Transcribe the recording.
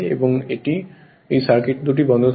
এবং সার্কিট দুটি বন্ধ থাকে